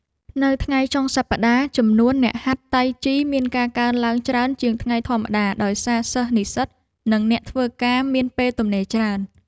នៅថ្ងៃចុងសប្ដាហ៍ ចំនួនអ្នកហាត់តៃជីមានការកើនឡើងច្រើនជាងថ្ងៃធម្មតា ដោយសារសិស្សនិស្សិត និងអ្នកធ្វើការមានពេលទំនេរច្រើន។